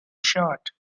shirt